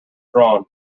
drawn